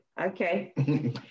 Okay